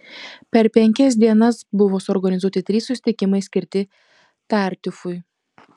per penkias dienas buvo suorganizuoti trys susitikimai skirti tartiufui